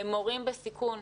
מורים בסיכון,